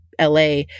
LA